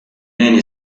many